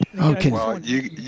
Okay